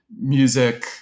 music